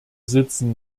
sitzen